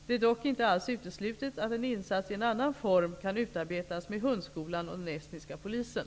Det är dock inte alls uteslutet att en insats i en annan form kan utarbetas med